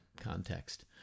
context